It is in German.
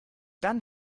dann